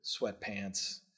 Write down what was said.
sweatpants